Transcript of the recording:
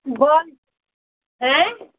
گول ہہ